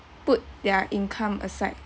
put their income aside